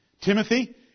Timothy